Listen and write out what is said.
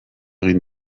egin